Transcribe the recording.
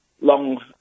long